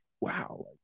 wow